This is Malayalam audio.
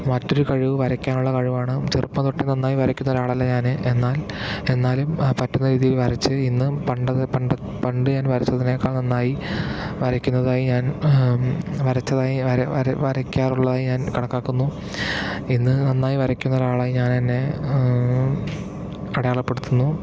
മറ്റൊരു കഴിവ് വരക്കാനുള്ള കഴിവാണ് ചെറുപ്പം തൊട്ട് നന്നായി വരയ്ക്കുന്ന ഒരാളല്ല ഞാൻ എന്നാൽ എന്നാലും പറ്റുന്ന രീതിയിൽ വരച്ച് ഇന്നും പണ്ടത്തെ പണ്ട് ഞാൻ വരച്ചതിനേക്കാൾ നന്നായി വരക്കുന്നതായി ഞാൻ വരച്ചതായി വര വരക്കാറുള്ളതായി ഞാൻ കണക്കാക്കുന്നു എന്ന് നന്നായി വരക്കുന്ന ഒരാളായി ഞാൻ എന്നെ അടയാളപ്പെടുത്തുന്നു